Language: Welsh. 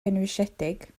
gynwysiedig